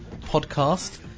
Podcast